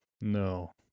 No